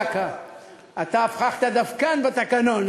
אתה הפכת דווקן בתקנון,